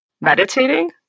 meditating